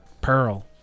Pearl